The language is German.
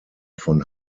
von